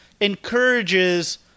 encourages